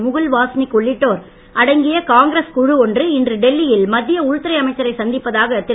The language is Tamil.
முகுல் வாஸ்னிக் உள்ளிட்டோர் அடங்கிய காங்கிரஸ் குழு ஒன்று இன்று டெல்லியில் மத்திய உள்துறை அமைச்சரை சந்திப்பதாக திரு